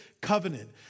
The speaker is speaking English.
covenant